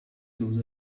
those